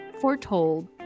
Foretold